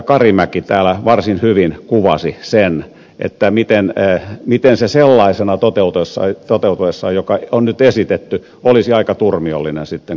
karimäki täällä varsin hyvin kuvasi sen miten se sellaisena toteutuessaan joka on nyt esitetty olisi aika turmiollinen sitten koko tälle kansallispuistolle